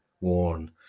worn